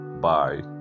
bye